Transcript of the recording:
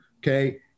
Okay